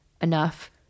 enough